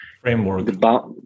framework